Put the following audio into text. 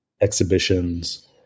exhibitions